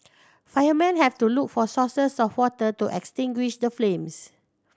firemen had to look for sources of water to extinguish the flames